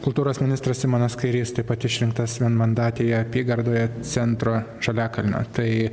kultūros ministras simonas kairys taip pat išrinktas vienmandatėje apygardoje centro žaliakalnio tai